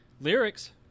lyrics